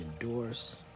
endorse